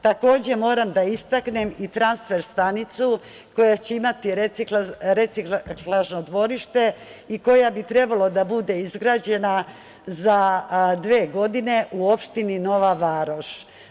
Takođe, moram da istaknem i transfer stanicu koja će imati reciklažno dvorište i koja bi trebalo da bude izgrađena za dve godine u opštini Nova Varoš.